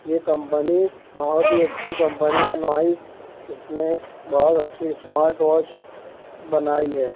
یہ کمپنی بہت ہی اچھی کمپنی ہے نوائس اس نے بہت اچھی اسمارٹ واچ بنائی ہے